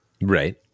Right